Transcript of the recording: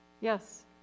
Yes